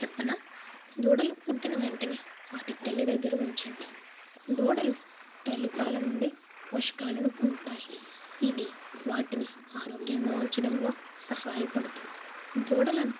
చెప్పనా దూడలు పుట్టిన వెంటనే వాటి తల్లి దగ్గర ఉంచండి దూడలు తల్లి పాల నుండి పోషకాలను పొందుతాయి ఇది వాటిని ఆరోగ్యంగా ఉంచడంలో సహాయపడుతుంది దూడలను